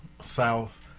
south